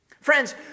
Friends